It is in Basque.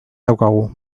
daukagu